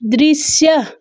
दृश्य